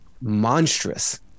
monstrous